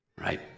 right